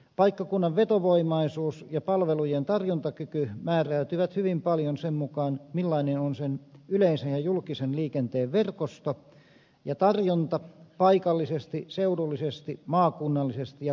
paikkakunnan vetovoimaisuus ja palvelujen tarjontakyky määräytyvät hyvin paljon sen mukaan millainen on sen yleisen ja julkisen liikenteen verkosto ja tarjonta paikallisesti seudullisesti maakunnallisesti ja valtakunnallisesti